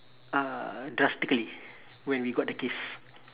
uh drastically when we got the kids